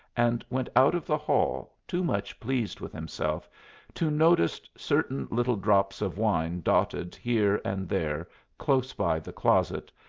and went out of the hall, too much pleased with himself to notice certain little drops of wine dotted here and there close by the closet,